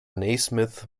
naismith